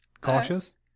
cautious